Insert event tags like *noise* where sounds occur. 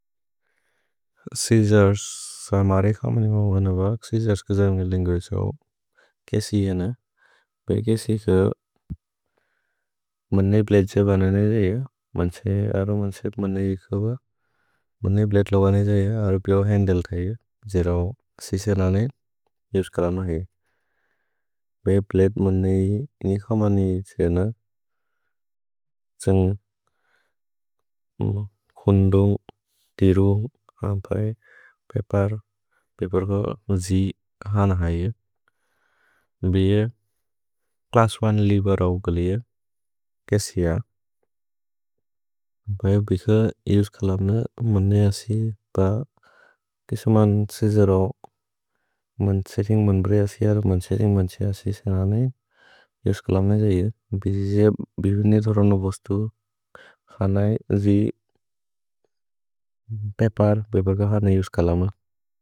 Scissors स मारे क मनि मओ वन बक्। सिजर्स् क जैम्गे लिन्गुरि त्सओ। *hesitation* केसि हन। पे केसि त्सओ *hesitation* मन्ने प्लते त्सओ बनने जैअ मन्से अरो मन्से मन्ने इक *hesitation* ब मन्ने प्लते लो बनने जैअ अरो पियो हन्द्ले थैअ। जे रओ सिस लने युस् कलम है। *hesitation* पे प्लते मन्ने इक मनि त्सओ यन त्सन्ग्। *hesitation* खुन्दु *hesitation* तिरु पपर् पपर् क जि हन है। *hesitation* भिये क्लस् ओने लिब रओ गलिए केसि य। *hesitation* भै बिके युस् कलम मन्ने *hesitation* असि ब तिस मन्से ज रओ *hesitation* मन्से तिन्ग् मन्प्रे असि अरो। *hesitation* मन्से तिन्ग् मन्से असि सनने युस् कलम है जैअ बिये ने। धरनो बस्तु हन है जि *hesitation* पपर् पपर् क हन है युस् कलम।